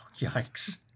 yikes